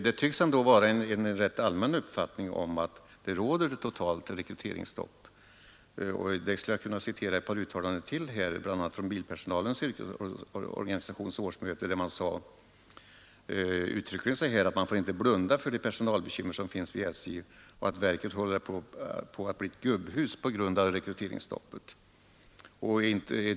Det tycks ändå vara en rätt allmän uppfattning att det råder totalt rekryteringsstopp. Jag skulle kunna citera ytterligare ett par uttalanden, bl.a. från bilpersonalens yrkesorganisations årsmöte, där det uttryckligen sades att man inte får blunda för de personalbekymmer som finns vid SJ och att verket håller på att bli ett ”gubbhus” på grund av rekryteringsstoppet.